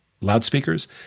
loudspeakers